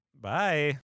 Bye